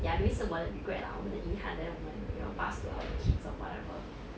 ya maybe 是我的 regret lah 我们的遗憾 then 我们 we'll pass to our kids or whatever